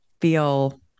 feel